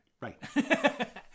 right